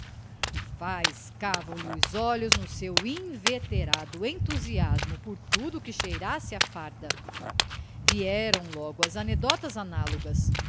e faiscavam lhe os olhos no seu inveterado entusiasmo por tudo que cheirasse a farda vieram logo as anedotas análogas